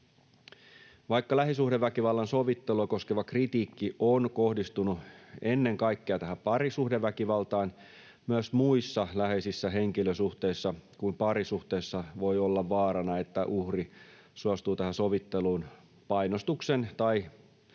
Vaikka lähisuhdeväkivallan sovittelua koskeva kritiikki on kohdistunut ennen kaikkea parisuhdeväkivaltaan, myös muissa läheisissä henkilösuhteissa kuin parisuhteessa voi olla vaarana, että uhri suostuu sovitteluun painostuksen tai jopa